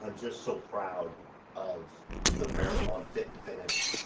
um just so proud of the marathon fit and finish,